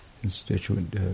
constituent